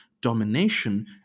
domination